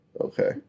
Okay